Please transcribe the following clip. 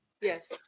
Yes